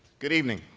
good evening.